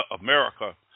America